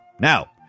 Now